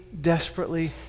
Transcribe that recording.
desperately